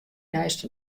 neist